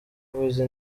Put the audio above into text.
uvuze